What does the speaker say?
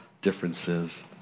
differences